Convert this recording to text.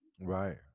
Right